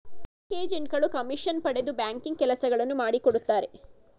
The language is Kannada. ಬ್ಯಾಂಕ್ ಏಜೆಂಟ್ ಗಳು ಕಮಿಷನ್ ಪಡೆದು ಬ್ಯಾಂಕಿಂಗ್ ಕೆಲಸಗಳನ್ನು ಮಾಡಿಕೊಡುತ್ತಾರೆ